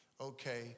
okay